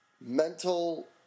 mental